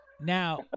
Now